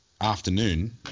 afternoon